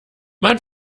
man